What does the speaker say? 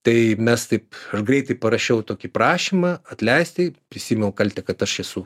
tai mes taip greitai parašiau tokį prašymą atleisti prisiėmiau kaltę kad aš esu